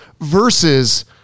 versus